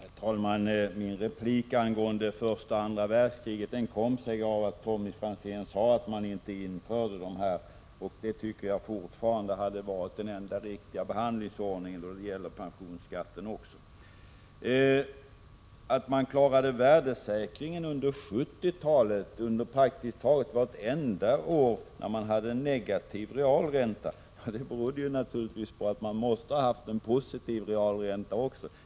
Herr talman! Min replik angående första och andra världskriget föranled 12 december 1986 des av att Tommy Franzén sade att dessa skatter aldrig infördes. Jag tycker fortfarande att det hade varit det enda riktiga också när det gäller pensionsskatten. Att man klarade värdesäkringen praktiskt taget vartenda år under 70-talet då realräntan var negativ berodde naturligtvis på att man även måste ha haft en positiv realränta.